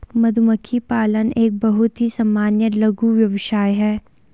मधुमक्खी पालन एक बहुत ही सामान्य लघु व्यवसाय है